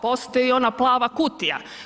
Postoji ona plava kutija.